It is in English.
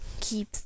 keep